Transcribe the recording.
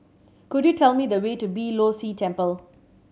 could you tell me the way to Beeh Low See Temple